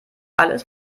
alles